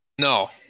No